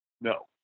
No